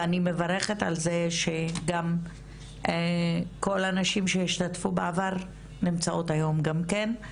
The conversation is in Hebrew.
ואני מברכת על זה שגם כל הנשים שהשתתפו בעבר נמצאות היום גם כן.